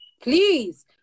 please